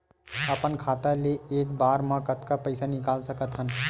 अपन खाता ले एक बार मा कतका पईसा निकाल सकत हन?